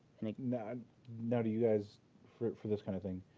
and you know now, do you guys for for this kind of thing.